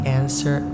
answer